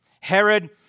Herod